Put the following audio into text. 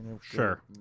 Sure